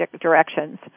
directions